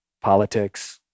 politics